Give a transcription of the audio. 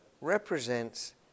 represents